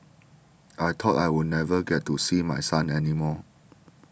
I thought I would never get to see my son any more